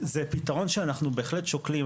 זה פתרון שאנחנו בהחלט שוקלים,